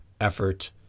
effort